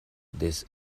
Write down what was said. this